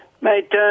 Mate